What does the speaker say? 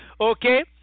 okay